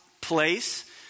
place